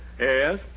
Yes